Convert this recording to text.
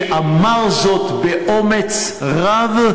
שאמר זאת באומץ רב,